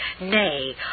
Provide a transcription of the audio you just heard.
Nay